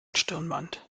stirnband